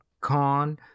con